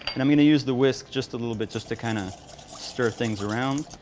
and i'm gonna use the whisk just a little bit just to kind of stir things around.